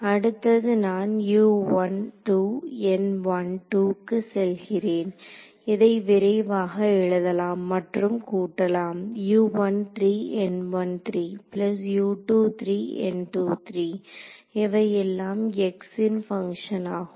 அடுத்தது நான் க்கு செல்கிறேன் இதை விரைவாக எழுதலாம் மற்றும் கூட்டலாம் இவையெல்லாம் x ன் பங்க்ஷன் ஆகும்